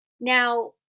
Now